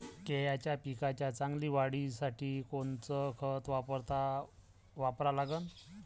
केळाच्या पिकाच्या चांगल्या वाढीसाठी कोनचं खत वापरा लागन?